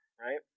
right